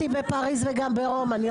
טיילתי בפריז וגם ברומא.